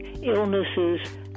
illnesses